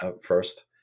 first